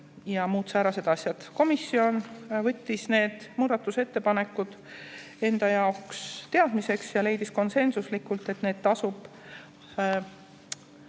ja muud säärased asjad. Komisjon võttis need muudatusettepanekud enda jaoks teadmiseks ja leidis konsensuslikult, et need tasub